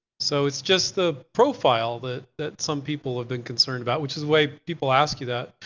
so it's just the profile that that some people have been concerned about, which is why people ask you that.